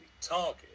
target